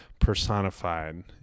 personified